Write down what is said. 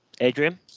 Adrian